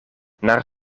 naar